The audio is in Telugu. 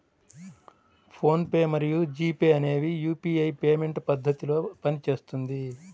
ఫోన్ పే మరియు జీ పే అనేవి యూపీఐ పేమెంట్ పద్ధతిలో పనిచేస్తుంది